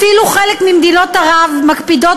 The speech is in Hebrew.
אפילו חלק ממדינות ערב מקפידות,